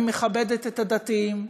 אני מכבדת את הדתיים,